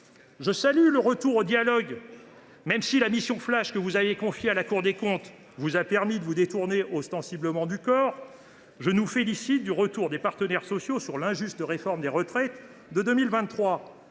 je salue le retour au dialogue. Même si la mission flash que vous avez confiée à la Cour des comptes vous a permis de vous détourner ostensiblement du Conseil d’orientation des retraites (COR), je nous félicite du retour des partenaires sociaux sur l’injuste réforme des retraites de 2023.